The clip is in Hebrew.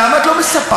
למה את לא מספחת?